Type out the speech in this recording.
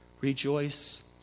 Rejoice